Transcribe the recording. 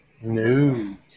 No